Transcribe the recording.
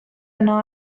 yno